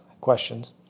questions